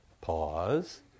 pause